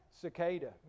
cicada